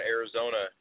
Arizona